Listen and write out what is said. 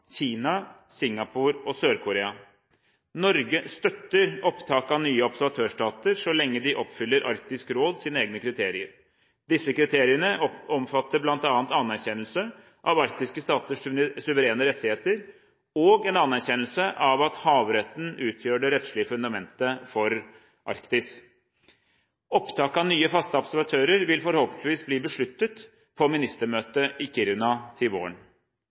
Kina, Singapore og Sør-Korea. Norge støtter opptak av nye observatørstater så lenge de oppfyller Arktisk råds egne kriterier. Disse kriteriene omfatter bl.a. anerkjennelse av arktiske staters suverene rettigheter og en anerkjennelse av at havretten utgjør det rettslige fundamentet for Arktis. Opptak av nye faste observatører vil forhåpentligvis bli besluttet på ministermøtet i Kiruna til våren.